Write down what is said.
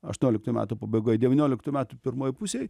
aštuonioliktų metų pabaigoj devynioliktų metų pirmoj pusėj